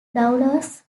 douglas